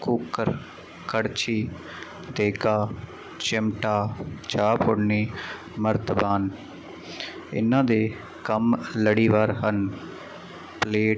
cooker ਕੜਛੀ ਦੇਗਾ ਚਿਮਟਾ ਚਾਹ ਪੁਣਨੀ ਮਰਤਬਾਨ ਇਹਨਾਂ ਦੇ ਕੰਮ ਲੜੀਵਾਰ ਹਨ ਪਲੇਟ